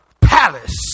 palace